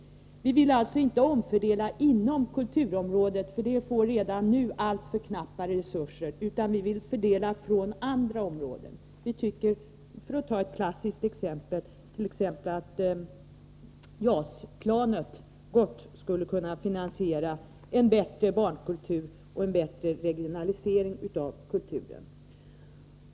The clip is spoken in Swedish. Vi vill alltså inte omfördela inom kulturområdet, för det får redan nu alltför knappa resurser, utan omfördela från andra områden. Vi tycker, för att ta ett klassiskt exempel, att resurserna till JAS-planet skulle kunna finansiera en bättre barnkultur och en bättre regionalisering av kulturen.